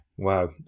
Wow